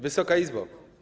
Wysoka Izbo!